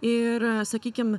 ir sakykim